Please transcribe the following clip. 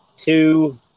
two